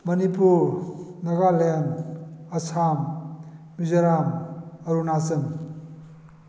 Manipur Nagaland Assam Mizoram Arunachal